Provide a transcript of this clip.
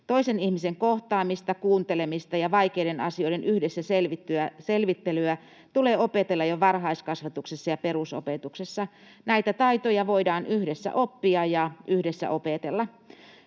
Toisen ihmisen kohtaamista, kuuntelemista ja vaikeiden asioiden yhdessä selvittelyä tulee opetella jo varhaiskasvatuksessa ja perusopetuksessa. Näitä taitoja voidaan yhdessä oppia ja yhdessä opetella.